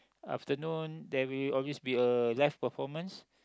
afternoon there will always be a live performance